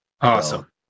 Awesome